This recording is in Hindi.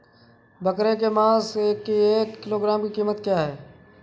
बकरे के मांस की एक किलोग्राम की कीमत क्या है?